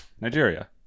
nigeria